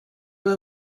were